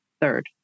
Third